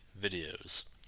videos